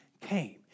came